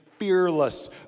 fearless